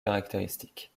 caractéristiques